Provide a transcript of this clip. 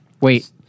Wait